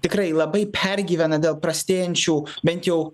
tikrai labai pergyvena dėl prastėjančių bent jau